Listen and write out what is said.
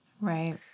Right